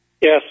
Yes